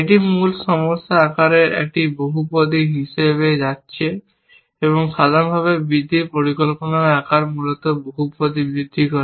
এটি মূল সমস্যা আকারের একটি বহুপদী হিসাবে যাচ্ছে এবং সাধারণভাবে বৃদ্ধির পরিকল্পনার আকার মূলত বহুপদী বৃদ্ধি করে